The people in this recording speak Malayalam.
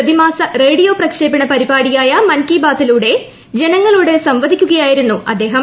പ്രതിമാസ റേഡിയോ പ്രക്ഷേപണ പരിപാടിയായ മൻ കി ബാത്തിലൂടെ ജനങ്ങളോട് സംവദിക്കുകയായിരുന്നു അദ്ദേഹം